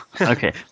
Okay